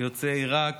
יוצא עיראק,